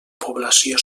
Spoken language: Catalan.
població